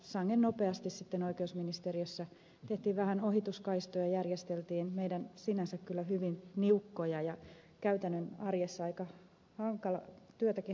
sangen nopeasti sitten oikeusministeriössä tehtiin vähän ohituskaistoja ja järjesteltiin meidän sinänsä kyllä hyvin niukkoja resurssejamme ja käytännön arjessa työtäkin hankaloittavaa tilannettamme